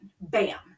Bam